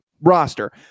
roster